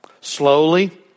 Slowly